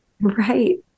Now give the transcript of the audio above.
Right